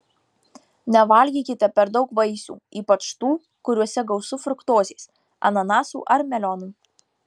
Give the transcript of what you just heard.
nevalgykite per daug vaisių ypač tų kuriuose gausu fruktozės ananasų ar melionų